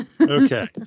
Okay